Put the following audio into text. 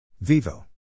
Vivo